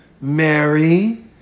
Mary